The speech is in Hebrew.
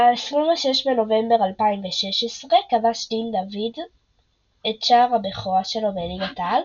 ב-26 בנובמבר 2016 כבש דוד את שער הבכורה שלו בליגת העל,